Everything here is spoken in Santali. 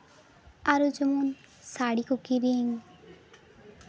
ᱟᱨᱚ ᱡᱮᱢᱚᱱ ᱥᱟᱹᱲᱤ ᱠᱚ ᱠᱤᱨᱤᱧ